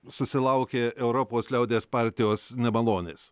susilaukė europos liaudies partijos nemalonės